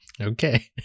Okay